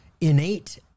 innate